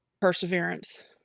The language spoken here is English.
perseverance